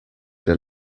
der